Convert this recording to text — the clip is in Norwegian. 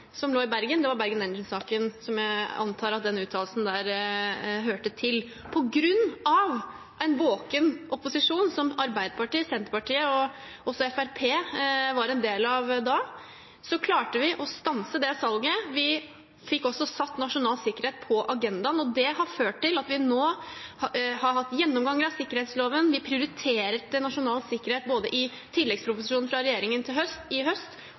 lå i Bergen. Det var Bergen Engines-saken – som jeg antar at den uttalelsen hørte til. På grunn av en våken opposisjon – som Arbeiderpartiet, Senterpartiet og også Fremskrittspartiet var en del av da – klarte vi å stanse det salget. Vi fikk også satt nasjonal sikkerhet på agendaen. Det har ført til at vi nå har hatt gjennomganger av sikkerhetsloven. Vi prioriterte nasjonal sikkerhet i tilleggsproposisjonen fra regjeringen i høst, og vi gjør nå umiddelbart tiltak i